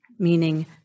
meaning